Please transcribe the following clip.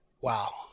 Wow